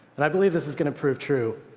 and i believe this is going to prove true.